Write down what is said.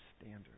standard